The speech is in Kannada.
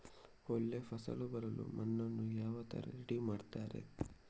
ಒಳ್ಳೆ ಫಸಲು ಬರಲು ಮಣ್ಣನ್ನು ಯಾವ ತರ ರೆಡಿ ಮಾಡ್ತಾರೆ?